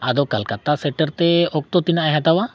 ᱟᱫᱚ ᱠᱳᱞᱠᱟᱛᱟ ᱥᱮᱴᱮᱨᱛᱮ ᱚᱠᱛᱚ ᱛᱤᱱᱟᱹᱜ ᱮ ᱦᱟᱛᱟᱣᱟ